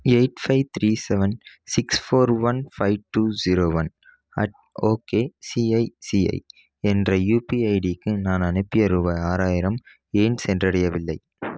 eight five three seven six four one five two zero one at ok ICICI என்ற UPI ஐடிக்கு நான் அனுப்பிய ரூபாய் ஆறாயிரம் ஏன் சென்றடையவில்லை